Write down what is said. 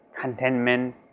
contentment